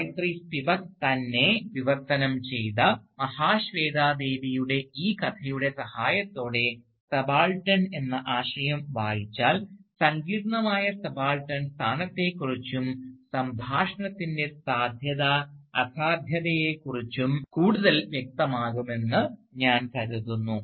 Gayathri Spivak തന്നെ വിവർത്തനം ചെയ്ത മഹാശ്വേതാദേവിയുടെ ഈ കഥയുടെ സഹായത്തോടെ സബാൾട്ടൻ എന്ന ആശയം വായിച്ചാൽ സങ്കീർണ്ണമായ സബാൾട്ടൻ സ്ഥാനത്തെക്കുറിച്ചും സംഭാഷണത്തിൻറെ സാധ്യതഅസാധ്യതയെക്കുറിച്ചും കൂടുതൽ വ്യക്തമാകുമെന്ന് ഞാൻ കരുതുന്നു